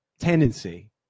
tendency